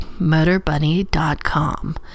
MotorBunny.com